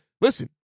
listen